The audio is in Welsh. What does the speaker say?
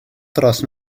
dros